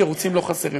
תירוצים לא חסרים.